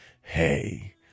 hey